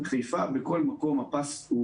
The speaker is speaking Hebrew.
בחיפה הפס צר